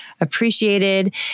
appreciated